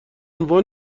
عنوان